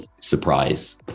surprise